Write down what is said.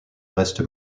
reste